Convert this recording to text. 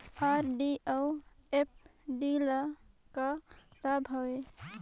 RD अऊ FD ल का लाभ हवे?